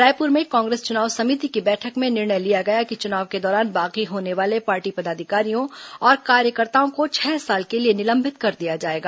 रायपुर में कांग्रेस चुनाव समिति की बैठक में निर्णय लिया गया कि चुनाव के दौरान बागी होने वाले पार्टी पदाधिकारियों और कार्यकर्ताओं को छह साल के लिए निलंबित कर दिया जाएगा